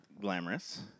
glamorous